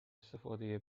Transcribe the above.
استفاده